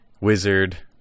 wizard